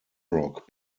rock